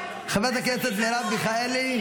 חברת הכנסת מרב מיכאלי,